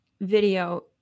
video